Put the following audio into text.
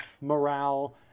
morale